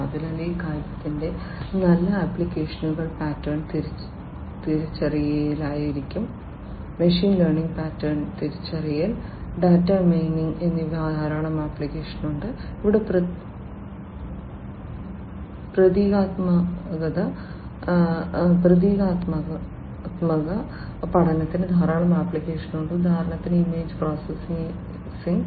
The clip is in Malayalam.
അതിനാൽ ഈ കാര്യത്തിന്റെ നല്ല ആപ്ലിക്കേഷനുകൾ പാറ്റേൺ തിരിച്ചറിയലിലായിരിക്കും മെഷീൻ ലേണിങ്ങിന് പാറ്റേൺ തിരിച്ചറിയൽ ഡാറ്റ മൈനിംഗ് എന്നിവയിൽ ധാരാളം ആപ്ലിക്കേഷനുകൾ ഉണ്ട് ഇവിടെ പ്രതീകാത്മക പഠനത്തിന് ധാരാളം ആപ്ലിക്കേഷനുകൾ ഉണ്ട് ഉദാഹരണത്തിന് ഇമേജ് പ്രോസസ്സിംഗ് ഇമേജ് പ്രോസസ്സിംഗ്